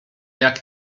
jak